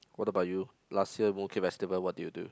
what about you last year Mooncake Festival what did you do